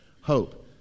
hope